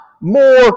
more